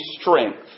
strength